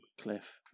Cliff